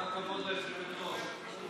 אני רוצה שהשקרן הזה יסתכל לי בפנים.